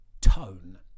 tone